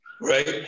right